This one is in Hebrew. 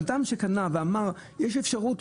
אדם שקנה ואמר: יש אפשרות.